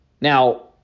Now